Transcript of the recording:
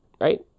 Right